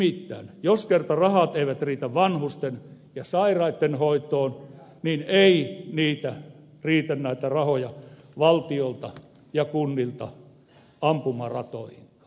nimittäin jos kerran rahat eivät riitä vanhusten ja sairaitten hoitoon niin ei niitä rahoja riitä valtiolta ja kunnilta ampumaratoihinkaan